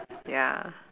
ya